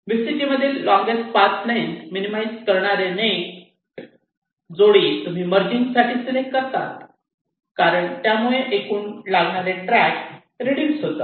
VCG मधील longest path length minimise करणारे net जोडी तुम्ही मर्जिग साठी सिलेक्ट करतात कारण त्यामुळे एकूण लागणारे ट्रॅक रेडूस होतात